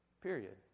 Period